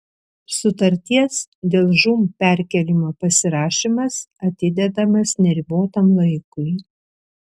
sutarties dėl žūm perkėlimo pasirašymas atidedamas neribotam laikui